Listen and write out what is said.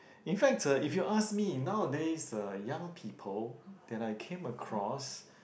in fact uh if you ask me nowadays uh young people that I came across